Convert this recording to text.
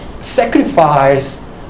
sacrifice